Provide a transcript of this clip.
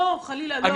חלילה, לא.